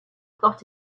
got